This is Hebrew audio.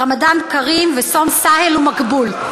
רמדאן כרים (אומרת בערבית: וצום קל ומבורך).